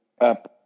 up